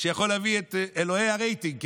שיכול להביא את אלוהי הרייטינג.